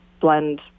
blend